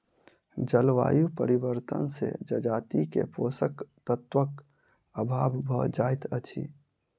जलवायु परिवर्तन से जजाति के पोषक तत्वक अभाव भ जाइत अछि